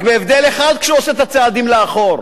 רק בהבדל אחד: כשהוא עושה את הצעדים לאחור,